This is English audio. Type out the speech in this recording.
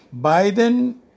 Biden